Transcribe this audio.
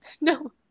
No